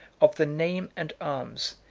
of the name and arms,